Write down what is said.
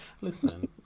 Listen